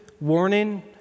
warning